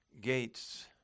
gates